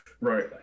right